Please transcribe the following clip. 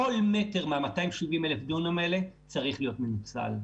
כל מטר מה-270,000 האלה צריך להיות מנוצל.